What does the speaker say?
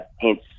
hence